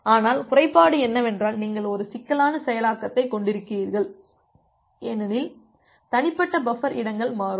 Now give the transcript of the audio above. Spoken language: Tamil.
ஆனால் குறைபாடு என்னவென்றால் நீங்கள் ஒரு சிக்கலான செயலாக்கத்தைக் கொண்டிருக்கிறீர்கள் ஏனெனில் தனிப்பட்ட பஃபர் இடங்கள் மாறும்